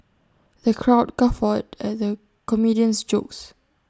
the crowd guffawed at the comedian's jokes